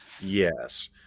Yes